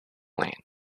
lane